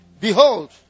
Behold